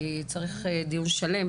כי צריך דיון שלם.